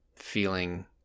feeling